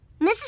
Mrs